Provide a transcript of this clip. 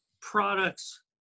products